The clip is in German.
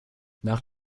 nach